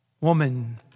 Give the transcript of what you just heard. Woman